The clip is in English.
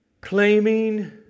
Claiming